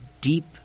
deep